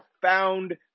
profound